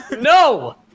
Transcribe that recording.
No